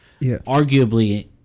arguably